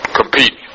compete